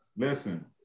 Listen